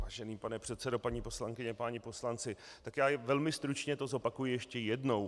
Vážený pane předsedo, paní poslankyně, páni poslanci, já to velmi stručně zopakuji ještě jednou.